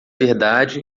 verdade